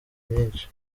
myinshi